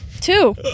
Two